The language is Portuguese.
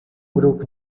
grupo